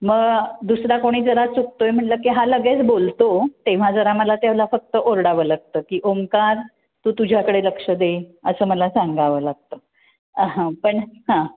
मग दुसरा कोणी जरा चुकतो आहे म्हटलं की हा लगेच बोलतो तेव्हा जरा मला त्याला फक्त ओरडावं लागतं की ओंकार तू तुझ्याकडे लक्ष दे असं मला सांगावं लागतं हां पण हां